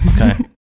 Okay